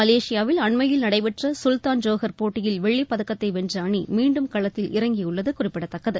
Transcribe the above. மலேசியாவில் அண்மையில் நடைபெற்ற சுல்தான் ஜோகர் போட்டியில் வெள்ளிப் பதக்கத்தை வென்ற அணி மீண்டும் களத்தில் இறங்கியுள்ளது குறிப்பிடத்தக்கது